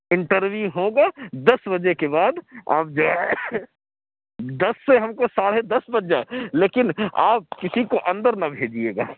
interview ہوگا دس بجے کے بعد آپ جو ہے دس سے ہم کو ساڑھے دس بج جائے لیکن آپ کسی کو اندر نہ بھیجیے گا